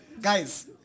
guys